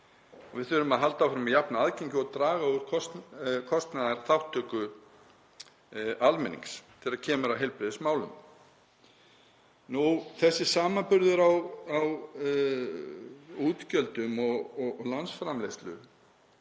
Við þurfum að halda áfram að jafna aðgengi og draga úr kostnaðarþátttöku almennings þegar kemur að heilbrigðismálum. Við samanburð á útgjöldum og landsframleiðslu